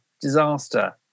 Disaster